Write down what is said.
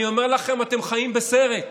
אני אומר לכם: אתם חיים בסרט,